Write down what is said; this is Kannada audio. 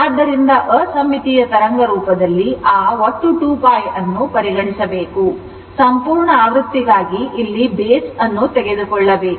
ಆದ್ದರಿಂದ ಅಸಮ್ಮಿತೀಯ ತರಂಗ ರೂಪದಲ್ಲಿ ಆ ಒಟ್ಟು 2π ಅನ್ನು ಪರಿಗಣಿಸಬೇಕು ಸಂಪೂರ್ಣ ಆವೃತ್ತಿಗಾಗಿ ಇಲ್ಲಿ base ಅನ್ನು ತೆಗೆದುಕೊಳ್ಳಬೇಕು